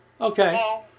Okay